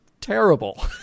terrible